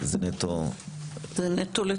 זה נטו לתרופות.